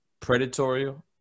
predatorial